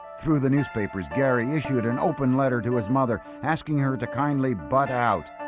through the newspapers gary issued an open letter to his mother asking her to kindly butt out